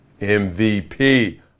MVP